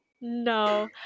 No